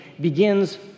begins